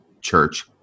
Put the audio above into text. church